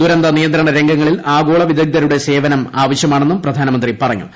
ദുരന്ത നിയന്ത്രണ രംഗങ്ങളിൽ ആഗോള വിദഗ്ധരുടെ സേപ്രനം ആവശ്യമാണെന്നും പ്രധാനമന്ത്രി പറഞ്ഞു